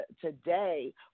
today